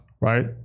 Right